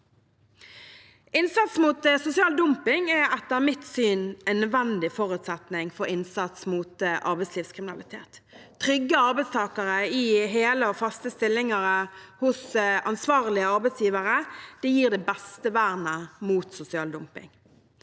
Innsats mot sosial dumping er etter mitt syn en nødvendig forutsetning for innsats mot arbeidslivskriminalitet. Trygge arbeidstakere i hele og faste stillinger hos ansvarlige arbeidsgivere gir det beste vernet mot sosial dumping.